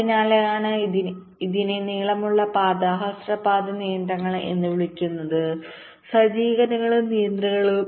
അതിനാലാണ് ഇതിനെ നീളമുള്ള പാത ഹ്രസ്വ പാത നിയന്ത്രണങ്ങൾ എന്ന് വിളിക്കുന്നത് സജ്ജീകരണങ്ങളും നിയന്ത്രണങ്ങളും